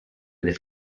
del